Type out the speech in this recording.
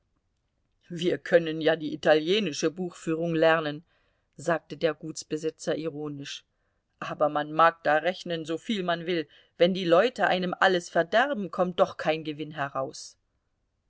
wir könnten ja die italienische buchführung lernen sagte der gutsbesitzer ironisch aber man mag da rechnen soviel man will wenn die leute einem alles verderben kommt doch kein gewinn heraus